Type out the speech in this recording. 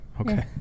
Okay